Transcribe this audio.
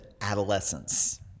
adolescence